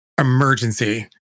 emergency